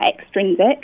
extrinsic